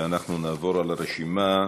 ואנחנו נעבור על הרשימה: